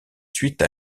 suite